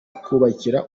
kubakira